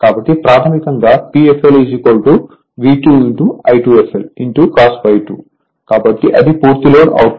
కాబట్టి ప్రాథమికంగా Pfl V 2 I2fl cos ∅2 కాబట్టి అది పూర్తి లోడ్ అవుట్పుట్